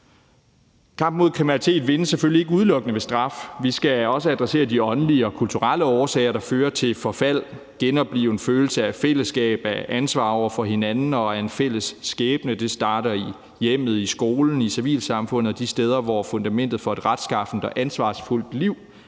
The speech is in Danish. Kampen mod kriminalitet vindes selvfølgelig ikke udelukkende ved straf. Vi skal også adressere de åndelige og kulturelle årsager, der fører til forfald. Vi skal genoplive en følelse af fællesskab, af ansvar over for hinanden og af en fælles skæbne; det starter i hjemmet, i skolen, i civilsamfundet og de steder, hvor fundamentet for et retskaffent og ansvarsfuldt liv